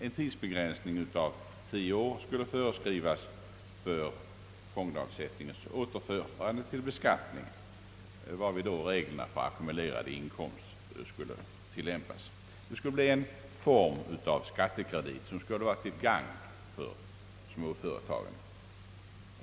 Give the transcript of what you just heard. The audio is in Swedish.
En tidsbegränsning på tio år skulle föreskrivas för fondens återförande till beskattning, varvid reglerna för ackumulerad inkomst skulle tillämpas. Det innebure en form av skattekredit, som vore till gagn för småföretagen.